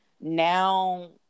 now